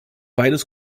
beides